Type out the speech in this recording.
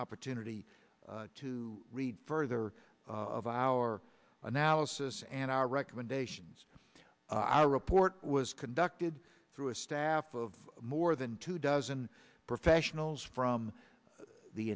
opportunity to read further of our analysis and our recommendations of our report was conducted through a staff of more than two dozen professionals from the